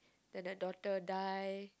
then the daughter die